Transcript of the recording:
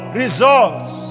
results